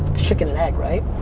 chicken and egg, right?